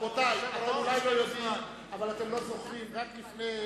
אבל אני קובע עובדה,